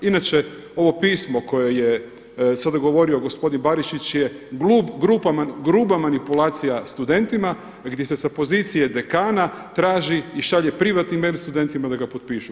Inače ovo pismo koje je sada govorio gospodin Barišić je gruba manipulacija studentima gdje se sa pozicije dekana traži i šalje privatni mail studentima da ih potpišu.